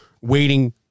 waiting